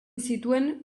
zituen